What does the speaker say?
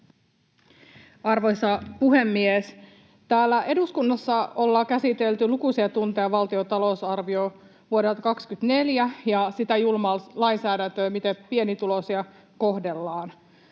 Arvoisa puhemies! Täällä eduskunnassa on käsitelty lukuisia tunteja valtion talousarviota vuodelle 24 ja sitä julmaa lainsäädäntöä, miten pienituloisia kohdellaan.